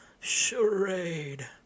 Charade